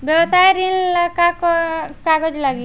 व्यवसाय ऋण ला का का कागज लागी?